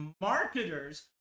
marketers